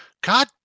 God